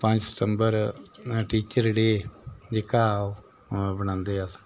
पंज सितम्बर teacher day जेह्का ओह् बनांदे अस